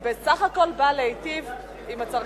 היא בסך הכול באה להיטיב עם הצרכנים.